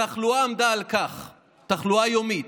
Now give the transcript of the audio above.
התחלואה הייתה כך: תחלואה יומית,